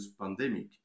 pandemic